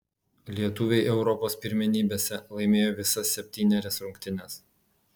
lietuviai europos pirmenybėse laimėjo visas septynerias rungtynes